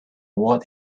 what